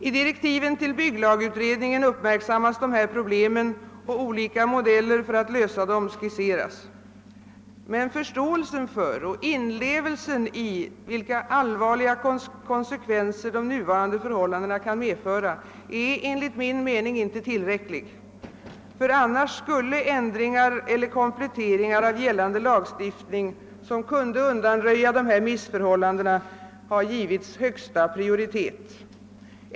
I direktiven till bygglagutredningen uppmärksammas dessa problem, och olika modeller för att lösa dem skisseras. Förståelsen för och inlevelsen i vilka allvarliga konsekvenser de nuvarande förhållandena kan medföra är enligt min mening inte tillräckliga. Eljest skulle ändringar eller kompletteringar av gällande lagstiftning, som kunde undanröja dessa missförhållanden, ha givits högsta prioritet.